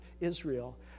Israel